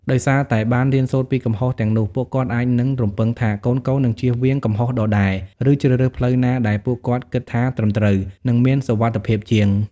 ដោយសារតែបានរៀនសូត្រពីកំហុសទាំងនោះ ពួកគាត់អាចនឹង រំពឹងថាកូនៗនឹងជៀសវាងកំហុសដដែល ឬជ្រើសរើសផ្លូវណាដែលពួកគាត់គិតថាត្រឹមត្រូវ និងមានសុវត្ថិភាពជាង។